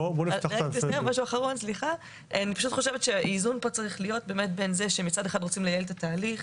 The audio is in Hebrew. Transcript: האיזון פה צריך להיות בין זה שמצד אחד רוצים לייעל את התהליך